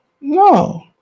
No